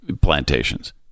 plantations